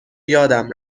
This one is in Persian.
یادم